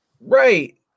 Right